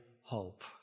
hope